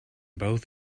both